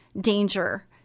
danger